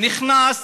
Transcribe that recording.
נכנס